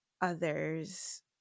others